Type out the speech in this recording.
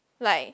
like